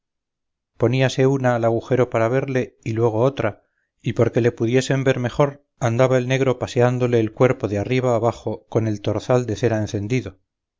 ángel poníase una al agujero para verle y luego otra y porque le pudiesen ver mejor andaba el negro paseándole el cuerpo de arriba abajo con el torzal de cera encendido